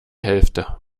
hälfte